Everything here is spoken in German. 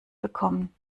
bekommen